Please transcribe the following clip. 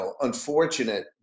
unfortunate